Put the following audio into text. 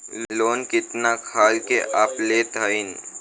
Loan कितना खाल के आप लेत हईन?